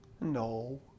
No